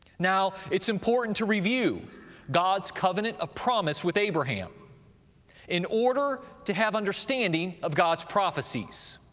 now it's important to review god's covenant of promise with abraham in order to have understanding of god's prophecies.